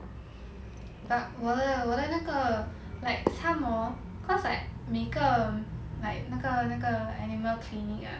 like 我的我的那个 like some hor cause like 每个 like 那个那个 animal clinic ah